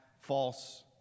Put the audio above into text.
false